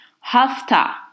Hafta